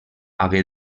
hagué